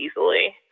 easily